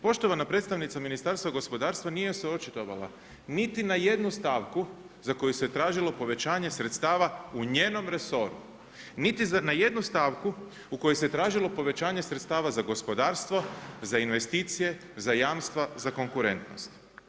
Poštovana predstavnica Ministarstva gospodarstva nije se očitovala niti na jednu stavku za koje se tražilo povećanje sredstava u njenom resoru, niti na jednu stavku u kojoj se tražilo povećanje sredstava za gospodarstvo, za investicije, za jamstva, za konkurentnost.